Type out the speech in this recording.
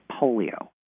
polio